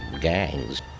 gangs